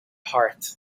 heart